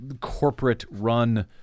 corporate-run